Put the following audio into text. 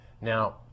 now